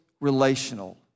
relational